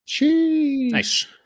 Nice